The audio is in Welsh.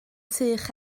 sych